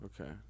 Okay